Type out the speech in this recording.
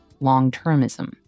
long-termism